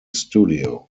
studio